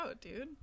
dude